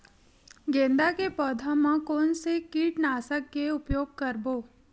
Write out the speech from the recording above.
गेंदा के पौधा म कोन से कीटनाशक के उपयोग करबो?